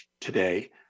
today